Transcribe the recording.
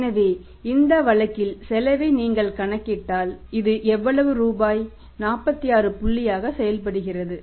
எனவே இந்த வழக்கில் செலவை நீங்கள் கணக்கிட்டால் இது எவ்வளவு ரூபாய் 46 புள்ளியாக செயல்படுகிறது